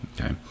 okay